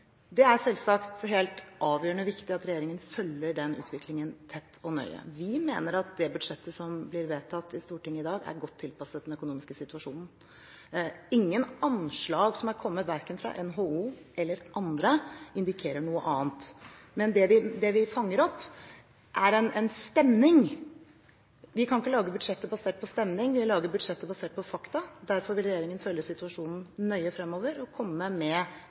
Det er selvsagt helt avgjørende viktig at regjeringen følger den utviklingen tett og nøye. Vi mener at det budsjettet som blir vedtatt i Stortinget i dag, er godt tilpasset den økonomiske situasjonen. Ingen anslag som er kommet, verken fra NHO eller andre, indikerer noe annet. Men det vi fanger opp, er en stemning. Vi kan ikke lage budsjettet basert på stemning – vi lager budsjettet basert på fakta. Derfor vil regjeringen følge situasjonen nøye fremover og komme med